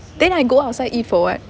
then I go outside eat for [what]